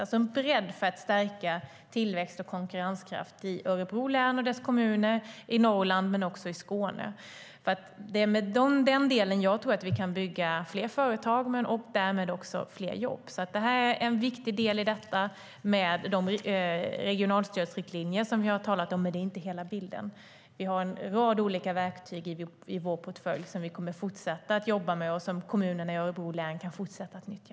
Det är en bredd för att stärka tillväxt och konkurrenskraft i Örebro län och dess kommuner, i Norrland men också i Skåne. Det är i den delen jag tror att vi kan skapa fler företag och därmed också fler jobb. Det här är en viktig del i detta, med de regionalstödsriktlinjer som vi har talat om, men det är inte hela bilden. Vi har en rad olika verktyg i vår portfölj som vi kommer att fortsätta att jobba med och som kommunerna i Örebro län kan fortsätta att nyttja.